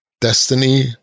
Destiny